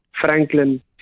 Franklin